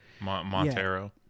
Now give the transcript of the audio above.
Montero